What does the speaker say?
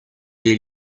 des